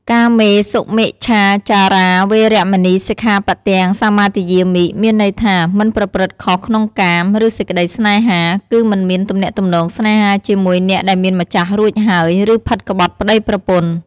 កាមេសុមិច្ឆាចារា វេរមណី សិក្ខាបទំ សមាទិយាមិ មានន័យថា មិនប្រព្រឹត្តខុសក្នុងកាម ឬសេចក្តីស្នេហា គឺមិនមានទំនាក់ទំនងស្នេហាជាមួយអ្នកដែលមានម្ចាស់រួចហើយ ឬផិតក្បត់ប្តីប្រពន្ធ។